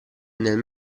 nel